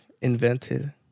invented